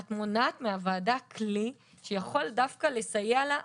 את מונעת מהוועדה כלי שיכול דווקא לסייע לה הפוך.